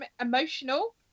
emotional